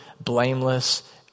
blameless